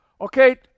Okay